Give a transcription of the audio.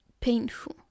painful